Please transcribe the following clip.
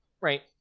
right